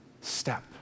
step